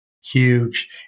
huge